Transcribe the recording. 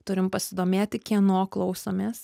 turim pasidomėti kieno klausomės